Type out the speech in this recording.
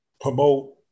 promote